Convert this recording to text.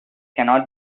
cannot